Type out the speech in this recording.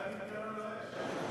דני דנון לא היה שם.